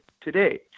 today